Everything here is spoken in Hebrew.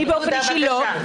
אני באופן אישי לא,